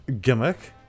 gimmick